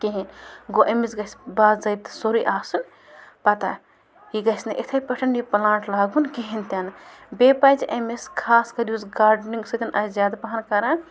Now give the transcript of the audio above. کِہیٖنۍ گوٚو أمِس گژھِ باضٲپطہٕ سورُے آسُن پَتَہ یہِ گژھنہٕ اِتھَے پٲٹھۍ یہِ پٕلانٛٹ لاگُن کِہیٖنۍ تہِ نہٕ بیٚیہِ پَزِ أمِس خاص کَر یُس گاڈنِنٛگ سۭتۍ آسہِ زیادٕ پَہَن کَران